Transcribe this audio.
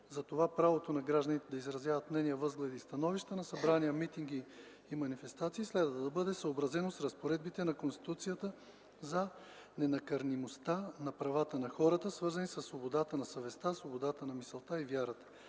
Затова правото на гражданите да изразяват мнения, възгледи и становища на събрания, митинги и манифестации следва да бъде съобразено с разпоредбите на Конституцията за ненакърнимостта на правата на хората, свързани със свободата на съвестта, свободата на мисълта и вярата.